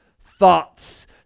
thoughts